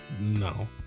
No